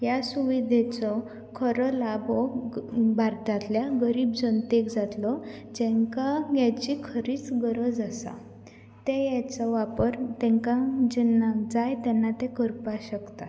ह्या सुविदेचो खरो लाभ हो बारतांतल्या गरीब जनतेक जातलो जामकां हाची खरीच गरज आसा तें हाजो वापर हांकां जेन्ना जाय तेन्ना ते करपा शकतात